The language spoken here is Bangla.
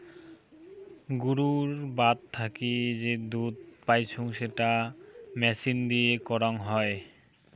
গুরুর বাত থাকি যে দুধ পাইচুঙ সেটা মেচিন দিয়ে করাং হই